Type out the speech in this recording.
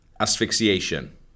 Asphyxiation